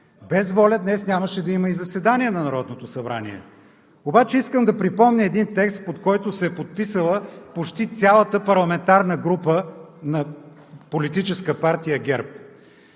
днес нямаше да има и заседание на Народното събрание. Искам обаче да припомня един текст, под който се е подписала почти цялата парламентарна група на Политическа партия ГЕРБ,